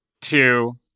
two